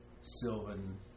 sylvan